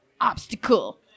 obstacle